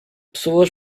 pessoas